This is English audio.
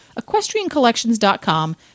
EquestrianCollections.com